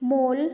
मोल